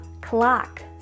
Clock